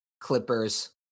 Clippers